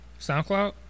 SoundCloud